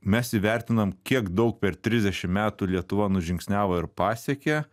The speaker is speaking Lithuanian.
mes įvertinam kiek daug per trisdešimt metų lietuva nužingsniavo ir pasiekė